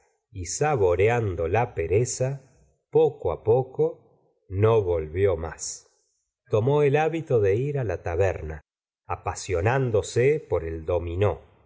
y saboreando la pereza poco á poco no volvió más tomó el hábito de ir la taberna apasionándose por el dominé